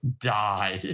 die